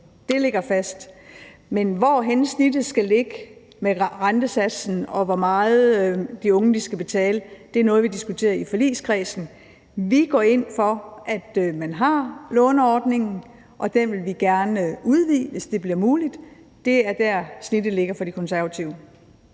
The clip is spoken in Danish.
Det ligger fast. Men hvorhenne snittet skal ligge i forhold til rentesatsen, og hvor meget de unge skal betale, er noget, vi diskuterer i forligskredsen. Vi går ind for, at man har låneordningen, og den vil vi gerne udvide, hvis det bliver muligt. Det er der, snittet ligger for De Konservative.